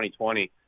2020